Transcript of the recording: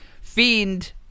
Fiend